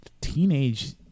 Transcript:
teenage